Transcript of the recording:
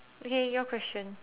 okay your question